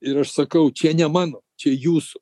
ir aš sakau čia ne mano čia jūsų